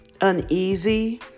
uneasy